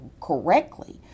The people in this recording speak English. correctly